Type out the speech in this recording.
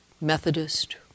Methodist